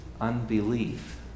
Unbelief